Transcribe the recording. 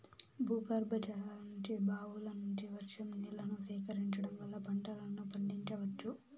భూగర్భజలాల నుంచి, బావుల నుంచి, వర్షం నీళ్ళను సేకరించడం వల్ల పంటలను పండించవచ్చు